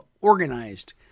organized